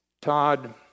Todd